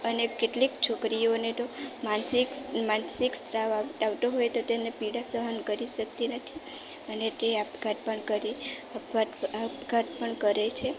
અને કેટલીક છોકરીઓને તો માનસિક માનસિક સ્ત્રાવ આવતો હોય તો તેને પીડા સહન કરી શકતી નથી અને તે આપઘાત પણ કરી કરે છે